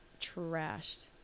Trashed